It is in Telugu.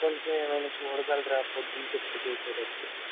కొంచెం ఏమైనా చూడగలరా పొద్దున్న షిఫ్ట్కి చూసేటట్టు